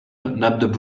nabbed